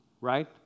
right